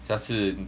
下次